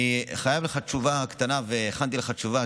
אני חייב לך תשובה קטנה, והכנתי לך תשובה.